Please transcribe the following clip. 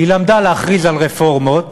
היא למדה להכריז על רפורמות